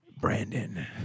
brandon